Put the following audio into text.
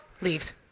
Leaves